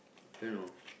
I don't know